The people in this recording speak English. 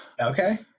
Okay